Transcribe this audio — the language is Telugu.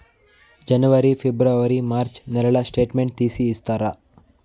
జనవరి, ఫిబ్రవరి, మార్చ్ నెలల స్టేట్మెంట్ తీసి ఇస్తారా?